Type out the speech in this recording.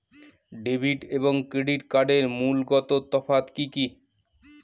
Debit এবং credit কার্ডের মূলগত তফাত কি কী?